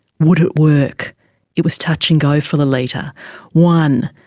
would it work it was touch and go for lolita. one,